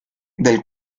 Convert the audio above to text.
del